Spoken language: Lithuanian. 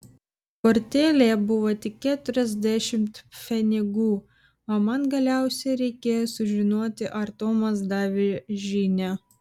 kortelėje buvo tik keturiasdešimt pfenigų o man galiausiai reikėjo sužinoti ar tomas davė žinią